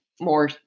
more